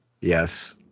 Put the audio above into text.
Yes